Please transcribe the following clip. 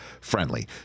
friendly